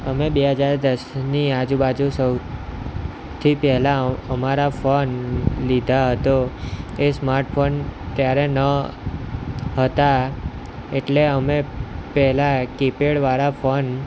અમે બે હજાર દસની આજુ બાજુ સૌથી પહેલા અમારા ફોન લીધા હતો એ સ્માર્ટ ફોન ત્યારે ન હતા એટલે અમે પહેલા કીપેડ વાળા ફોન